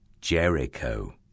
Jericho